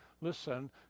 listen